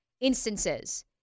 instances